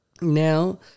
now